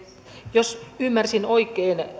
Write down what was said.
jos ymmärsin oikein